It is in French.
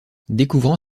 découvrant